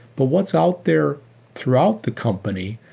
but what's out there throughout the company.